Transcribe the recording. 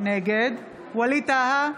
ווליד טאהא,